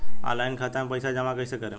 Online खाता मे पईसा जमा कइसे करेम?